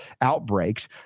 outbreaks